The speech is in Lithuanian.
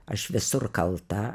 aš visur kalta